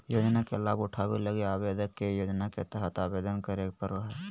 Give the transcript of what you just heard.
योजना के लाभ उठावे लगी आवेदक के योजना के तहत आवेदन करे पड़ो हइ